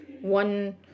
one